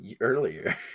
earlier